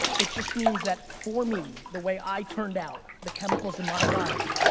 it just means that for me, the way i turned out, the chemicals in my body,